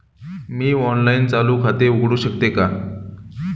मी online चालू खाते उघडू शकते का?